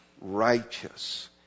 righteous